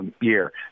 year